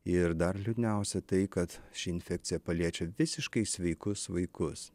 ir dar liūdniausia tai kad ši infekcija paliečia visiškai sveikus vaikus